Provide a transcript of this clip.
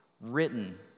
written